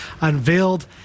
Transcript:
unveiled